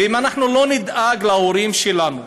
ואם אנחנו לא נדאג להורים שלנו,